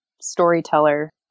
storyteller